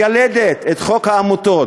מיילדת את חוק העמותות,